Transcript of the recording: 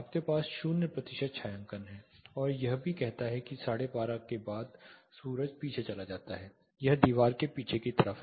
आपके पास 0 प्रतिशत छायांकन है और यह भी कहता है कि 1230 के बाद सूरज पीछे चला जाता है यह दीवार के पीछे की तरफ है